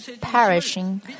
perishing